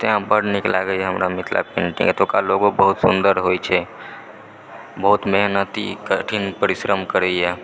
तँ बड नीक लागैए हमरा मिथिला पेन्टिंग एतुका लोगो बहुत सुन्दर होइत छै बहुत मेहनती कठिन परिश्रम करैए